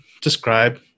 describe